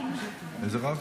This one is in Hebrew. איזה רב?